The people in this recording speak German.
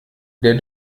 der